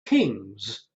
kings